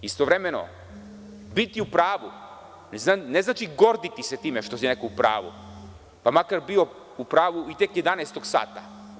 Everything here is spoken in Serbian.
Istovremeno, biti u pravu ne znači gorditi se time što je neko u pravu, pa makar bio u pravu i tek jedanaestog sata.